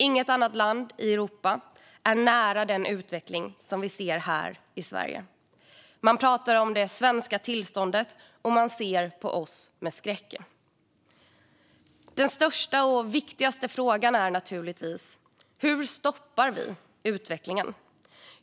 Inget annat land i Europa är nära den utveckling som vi ser här i Sverige. Man pratar om det svenska tillståndet, och man ser på oss med skräck. Den största och viktigaste frågan är naturligtvis hur vi stoppar utvecklingen.